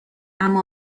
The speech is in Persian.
اما